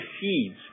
seeds